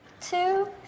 two